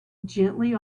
gently